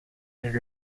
and